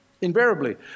invariably